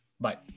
Bye